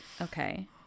okay